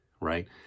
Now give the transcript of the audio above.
right